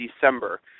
December